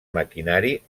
maquinari